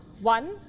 One